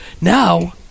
Now